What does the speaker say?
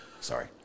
Sorry